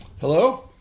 Hello